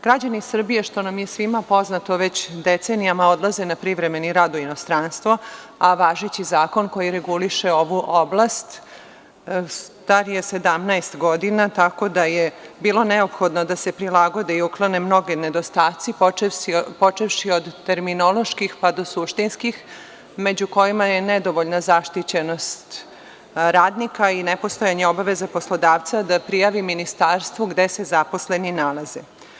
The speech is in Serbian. Građani Srbije, što nam je i svima poznato, već decenijama odlaze na privremeni rad u inostranstvo, a važeći zakon koji reguliše ovu oblast star je 17 godina, tako da je bilo neophodno da se prilagode i uklone mnogi nedostaci, počevši od terminoloških, pa do suštinskih, među kojima je nedovoljna zaštićenost radnika i nepostojanje obaveza poslodavca da prijavi Ministarstvu gde se zaposleni nalaze.